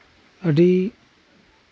ᱟᱹᱰᱤ